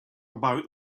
about